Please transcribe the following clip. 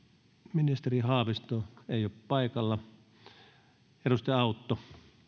ministeri haavisto ei ole paikalla edustaja autto